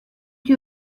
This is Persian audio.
توی